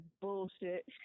bullshit